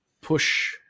push